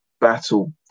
battle